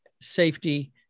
safety